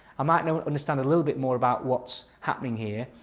i might now understand a little bit more about what's happening here.